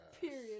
period